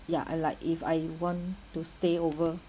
ya uh like if I want to stay over